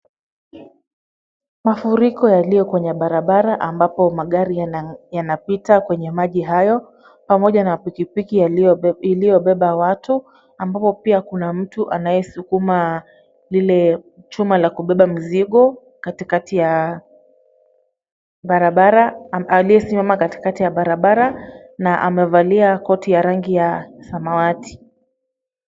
Mafuriko yaliyo kwenye barabara ambapo magari yanapita kwenye maji hayo pamoja na pikipiki iliyobeba watu, ambapo pia kuna mtu anayesukuma lile chuma la kubeba mzigo katikati ya barabara aliyesimama katikati ya barabara na amevalia koti ya rangi ya samawati.